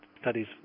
studies